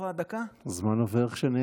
תודה רבה.